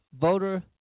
voter